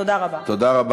תודה רבה.